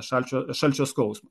šalčio šalčio skausmą